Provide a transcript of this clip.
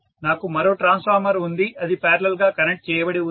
నాకు మరో ట్రాన్స్ఫార్మర్ ఉంది అది పారలల్ గా కనెక్ట్ చేయబడి ఉంది